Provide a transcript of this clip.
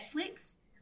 Netflix